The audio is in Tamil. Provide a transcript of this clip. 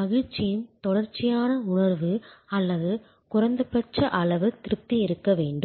மகிழ்ச்சியின் தொடர்ச்சியான உணர்வு அல்லது குறைந்தபட்ச அளவு திருப்தி இருக்க வேண்டும்